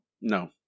No